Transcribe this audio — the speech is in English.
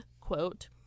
quote